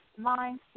mindset